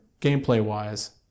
gameplay-wise